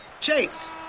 Chase